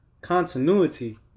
continuity